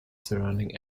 surrounding